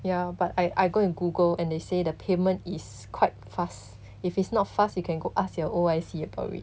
ya but I I go and google and they say the payment is quite fast if it's not fast you can go ask your O_I_C for it